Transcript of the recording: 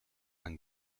and